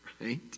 right